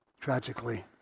Tragically